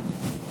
בבקשה.